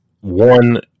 one